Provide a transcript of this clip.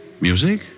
Music